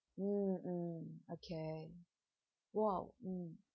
mm mm okay !wow! mm